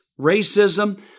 racism